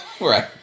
Right